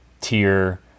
tier